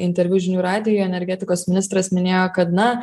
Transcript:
interviu žinių radijui energetikos ministras minėjo kad na